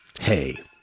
Hey